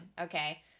Okay